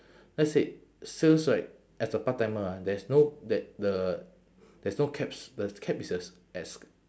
let's say sales right as a part-timer ah there's no there the there's no caps the caps is as as